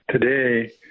today